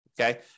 okay